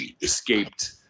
escaped